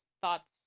thoughts